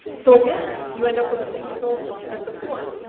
so again you end up with the same results as before.